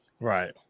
right